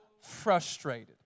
frustrated